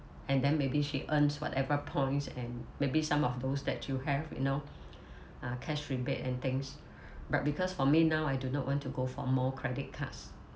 and then maybe she earns whatever points and maybe some of those that you have you know uh cash rebate and things but because for me now I do not want to go for more credit cards